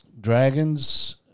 Dragons